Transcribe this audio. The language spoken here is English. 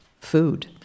food